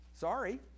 Sorry